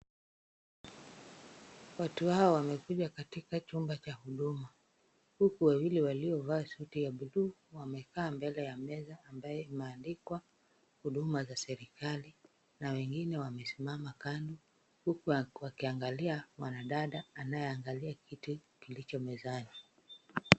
Watu hawa wamekuja katika kituo cha Huduma, huku wawili waliovaa shati ya bluu wamekaa mbele ya meza ambayo imeandikwa huduma za serikali, na wengine wamesimama kando, huku wakiangalia mwanadada anayeangalia kitu kilicho mezani.